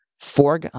four